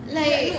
like